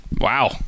Wow